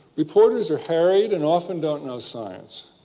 reporters are harried, and often don't know science.